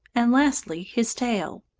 and lastly his tail.